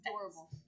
adorable